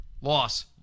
Loss